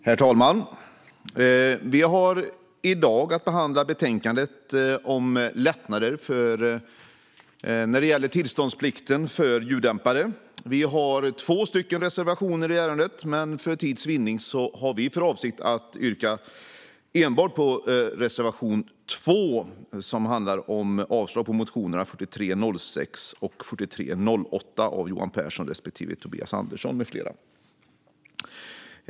Lättnader i till-ståndsplikten för ljuddämpare Herr talman! Vi har i dag att behandla betänkandet Lättnader i tillståndsplikten för ljuddämpare . Vi har två reservationer i ärendet. Men för tids vinning har vi för avsikt att yrka bifall enbart till reservation 2 som handlar om avslag på motionerna 4306 av Johan Pehrson med flera och 4308 av Tobias Andersson med flera.